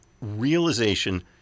realization